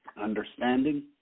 understanding